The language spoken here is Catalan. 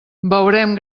veurem